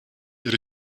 ihre